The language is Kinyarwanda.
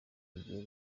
igiye